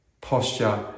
posture